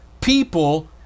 people